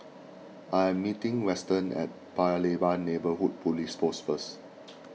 I am meeting Weston at Paya Lebar Neighbourhood Police Post first